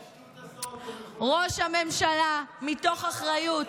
השטות הזאת, ראש הממשלה, מתוך אחריות,